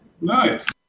nice